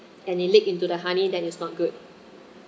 and it leak into the honey then is not good